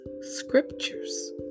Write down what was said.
scriptures